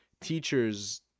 teachers